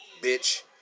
bitch